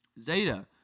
Zeta